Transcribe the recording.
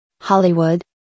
Hollywood